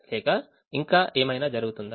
లేక ఇంకా ఏమైనా జరుగుతుందా